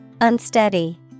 Unsteady